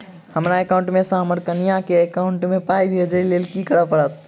हमरा एकाउंट मे सऽ हम्मर कनिया केँ एकाउंट मै पाई भेजइ लेल की करऽ पड़त?